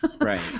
Right